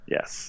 Yes